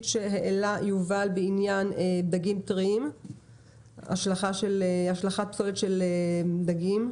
שהעלה יובל בעניין השלכת פסולת של דגים.